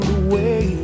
away